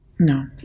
No